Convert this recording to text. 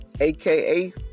AKA